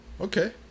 Okay